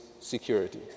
security